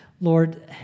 Lord